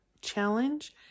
challenge